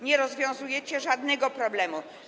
Nie rozwiązujecie żadnego problemu.